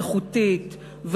איכותית,